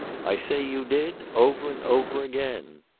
i say you did over and over again.